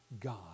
God